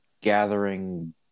gathering